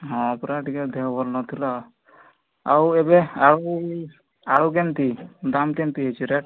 ହଁ ପରା ଟିକିଏ ଦେହ ଭଲ ନଥିଲା ଆଉ ଏବେ ଆଉ ଆଳୁ କେମିତି ଦାମ୍ କେମିତି ହୋଇଛି ରେଟ୍